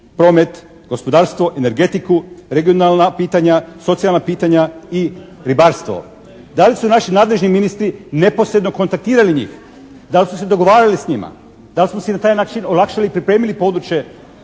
promet, gospodarstvo, energetiku, regionalna pitanja, socijalna pitanja i ribarstvo. Da li su naši nadležni ministri neposredno kontaktirali njih? Da li su se dogovarali s njima? Da li smo si na taj način olakšali, pripremili područje